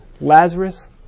Lazarus